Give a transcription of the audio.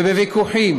ובוויכוחים,